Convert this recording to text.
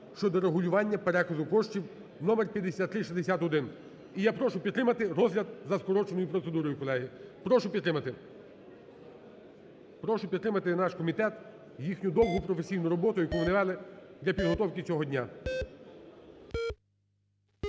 щодо регулювання переказу коштів (номер 5361). І я прошу підтримати розгляд за скороченою процедурою, колеги. Прошу підтримати. Прошу підтримати і наш комітет, їхню довгу професійну роботу, яку вони вели для підготовки цього дня.